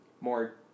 more